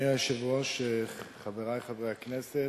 אדוני היושב-ראש, חברי חברי הכנסת,